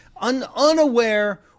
unaware